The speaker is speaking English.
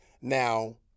Now